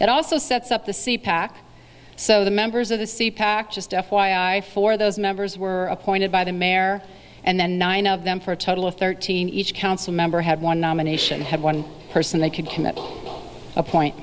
it also sets up the sea pack so the members of the sea pack just for those members were appointed by the mayor and then nine of them for a total of thirteen each council member had one nomination had one person they could commit to a point